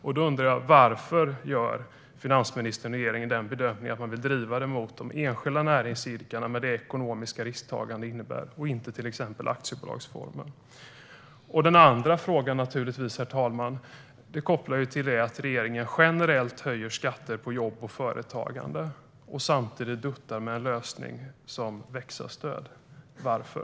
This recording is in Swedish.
Jag undrar: Varför gör finansministern och regeringen bedömningen att man vill driva det mot de enskilda näringsidkarna, med det ekonomiska risktagande detta innebär, och inte mot till exempel aktiebolagsformen? Den andra frågan, herr talman, är kopplad till att regeringen generellt höjer skatterna på jobb och företagande samtidigt som den duttar med en lösning som växa-stöd: Varför?